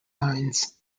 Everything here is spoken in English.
lines